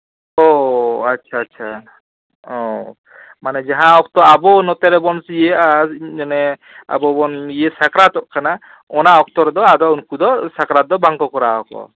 ᱚᱻ ᱟᱪᱪᱷᱟ ᱟᱪᱪᱷᱟ ᱚᱻ ᱢᱟᱱᱮ ᱡᱟᱦᱟᱸ ᱚᱠᱛᱚ ᱟᱵᱚ ᱱᱚᱛᱮ ᱨᱚᱵᱮᱱ ᱤᱭᱟᱹᱜᱼᱟ ᱢᱟᱱᱮ ᱟᱵᱚᱵᱚᱱ ᱥᱟᱠᱨᱟᱛᱚᱜ ᱠᱟᱱᱟ ᱚᱱᱟ ᱚᱠᱛᱚ ᱨᱮᱫᱚ ᱟᱫᱚ ᱩᱱᱠᱩ ᱫᱚ ᱥᱟᱠᱨᱟᱛ ᱫᱚ ᱵᱟᱝᱠᱚ ᱠᱚᱨᱟᱣᱟᱠᱚ